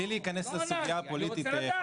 בלי להיכנס לסוגיה הפוליטית.